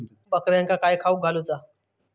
बकऱ्यांका काय खावक घालूचा?